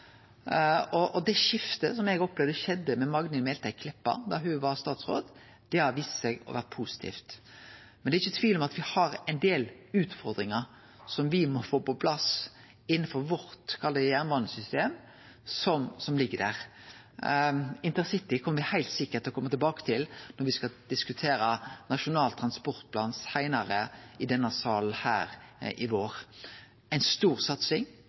og det skiftet som eg opplevde skjedde med Magnhild Meltveit Kleppa da ho var statsråd, har vist seg å vere positivt. Men det er ikkje tvil om at me har ein del utfordringar som me må få på plass innanfor – kall det – jernbanesystemet vårt, som ligg der. Intercity kjem me heilt sikkert til å kome tilbake til når me skal diskutere Nasjonal transportplan seinare i denne salen i vår. Det er ei stor satsing